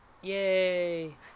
Yay